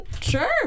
sure